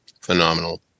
Phenomenal